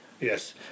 Yes